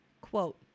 quote